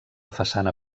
façana